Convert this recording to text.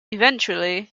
eventually